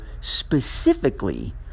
specifically